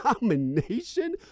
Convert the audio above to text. nomination